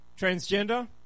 transgender